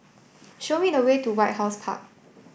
show me the way to White House Park